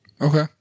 Okay